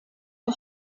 der